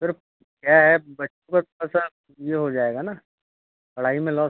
फिर क्या है बच्चों पर थोड़ा सा ये हो जाएगा न पढ़ाई में लॉस